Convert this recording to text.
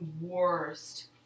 worst